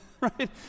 Right